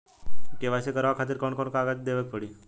KYC करवावे खातिर कौन कौन कागजात देवे के पड़ी?